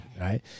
right